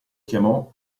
chiamò